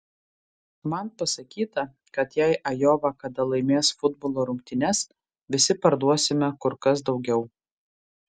man pasakyta kad jei ajova kada laimės futbolo rungtynes visi parduosime kur kas daugiau